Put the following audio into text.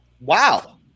wow